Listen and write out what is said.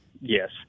Yes